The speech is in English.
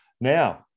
now